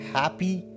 happy